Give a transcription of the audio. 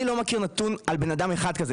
אני לא מכיר נתון על אדם אחד כזה.